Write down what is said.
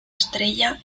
estrella